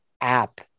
app